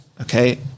Okay